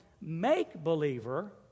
make-believer